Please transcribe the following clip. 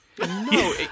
No